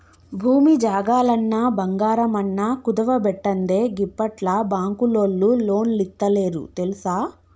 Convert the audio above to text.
భూమి జాగలన్నా, బంగారమన్నా కుదువబెట్టందే గిప్పట్ల బాంకులోల్లు లోన్లిత్తలేరు తెల్సా